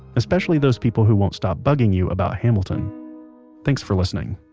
especially those people who won't stop bugging you about hamilton thanks for listening